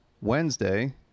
Wednesday